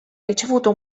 ricevuto